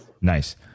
nice